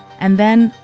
and then,